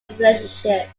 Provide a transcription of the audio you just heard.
relationship